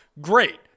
great